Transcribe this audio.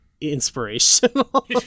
inspirational